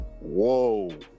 Whoa